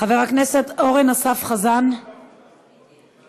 חבר הכנסת אורן אסף חזן, מוותר?